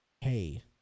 hey